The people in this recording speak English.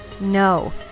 no